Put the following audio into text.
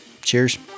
Cheers